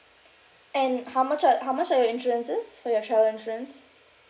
and how much are how much are your insurances for your travel insurance